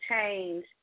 change